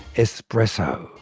espresso.